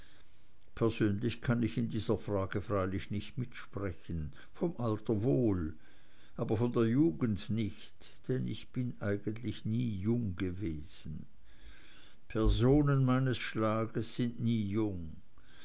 persönlich kann ich in dieser frage freilich nicht mitsprechen vom alter wohl aber von der jugend nicht denn ich bin eigentlich nie jung gewesen personen meines schlages sind nie jung